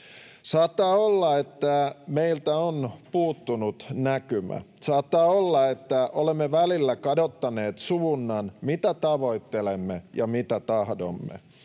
Saattaa olla, että meiltä on puuttunut näkymä. Saattaa olla, että olemme välillä kadottaneet suunnan, mitä tavoittelemme ja mitä tahdomme.